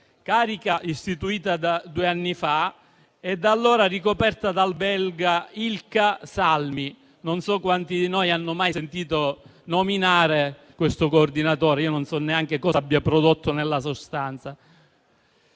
carica istituita due anni fa e da allora ricoperta dal belga Ikka Salmi. Non so quanti di noi hanno mai sentito nominare questo coordinatore. E io non so neanche cosa abbia prodotto nella sostanza.